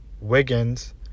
Wiggins